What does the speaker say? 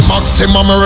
Maximum